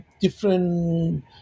different